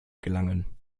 gelangen